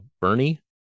Bernie